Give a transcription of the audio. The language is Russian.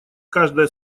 каждая